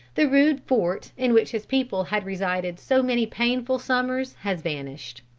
the rude fort in which his people had resided so many painful summers has vanished.